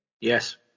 Yes